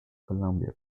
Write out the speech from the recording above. columbia